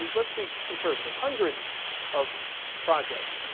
let's be conservative. hundreds of projects.